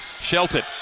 Shelton